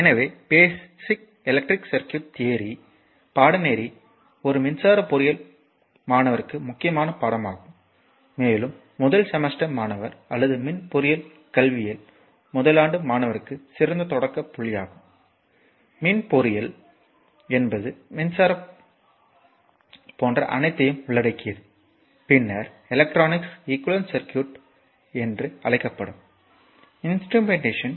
எனவே basic electric circuit theory பாடநெறி ஒரு மின்சார பொறியியல் மாணவருக்கு முக்கியமான பாடமாகும் மேலும் முதல் செமஸ்டர் மாணவர் அல்லது மின் பொறியியல் கல்வியில் முதல் ஆண்டு மாணவருக்கு சிறந்த தொடக்க புள்ளியாகும் மின் பொறியியல் என்பது மின்சாரம் போன்ற அனைத்தையும் உள்ளடக்கியது பின்னர் எலக்ட்ரானிக்ஸ் ஈக்குவேலன்ட் சர்க்யூட் என்று அழைக்கப்படும் இன்ஸ்ட்ருமெண்ட்டேஷன்